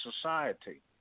society